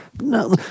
No